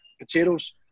potatoes